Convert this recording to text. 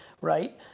right